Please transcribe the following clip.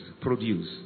produce